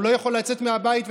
הוא לא יכול לצאת מהבית ולהתפרנס.